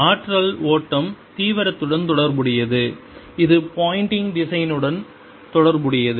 ஆற்றல் ஓட்டம் தீவிரத்துடன் தொடர்புடையது இது போயண்டிங் Poynting திசையனுடன் தொடர்புடையது